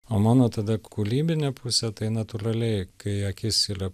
o mano tada kūrybinė pusė tai natūraliai kai akis yra